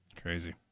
Crazy